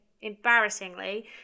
embarrassingly